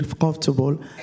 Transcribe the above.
comfortable